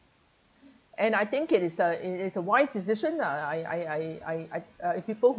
and I think it is a it is a wise decision ah ya I I I I uh if people